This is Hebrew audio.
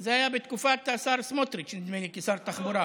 זה היה בתקופת השר סמוטריץ', נדמה לי, כשר תחבורה.